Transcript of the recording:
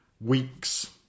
weeks